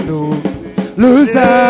Loser